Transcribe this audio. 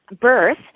birth